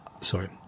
Sorry